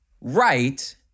right